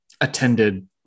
attended